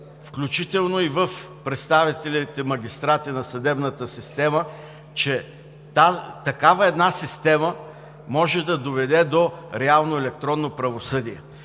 включително и в представителните магистрати на съдебната система, че може да доведе до реално електронно правосъдие.